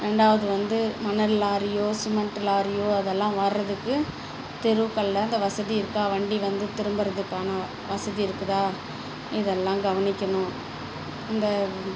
ரெண்டாவது வந்து மணல் லாரியோ சிமெண்ட் லாரியோ அதெல்லாம் வர்கிறதுக்கு தெருக்களில் அந்த வசதி இருக்கா வண்டி வந்து திரும்பறதுக்கான வசதி இருக்குதா இதெல்லாம் கவனிக்கணும் அந்த